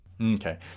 Okay